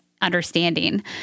understanding